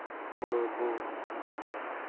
ᱦᱩᱲᱩ ᱠᱚ